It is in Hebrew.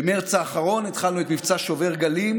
במרץ האחרון התחלנו את מבצע שובר גלים,